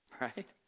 Right